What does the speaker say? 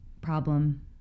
problem